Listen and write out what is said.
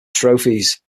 trophies